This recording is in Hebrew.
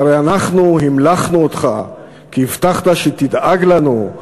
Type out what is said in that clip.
שהרי אנחנו המלכנו אותך כי הבטחת שתדאג לנו,